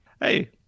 Hey